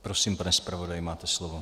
Prosím, pane zpravodaji, máte slovo.